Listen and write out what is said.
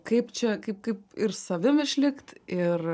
kaip čia kaip kaip ir savim išlikt ir